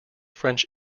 french